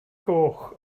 goch